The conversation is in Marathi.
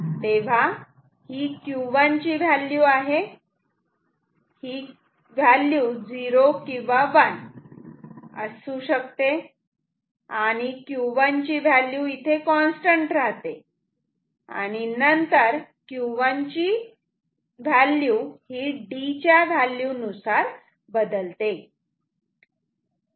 तेव्हा ही Q1 ची व्हॅल्यू आहे ही व्हॅल्यू 0 किंवा 1 असू शकते आणि Q1 ची व्हॅल्यू इथे कॉन्स्टंट राहते आणि नंतर Q1 ची व्हॅल्यू ही D च्या व्हॅल्यू नुसार बदलते